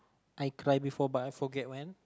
I cry before but I forget when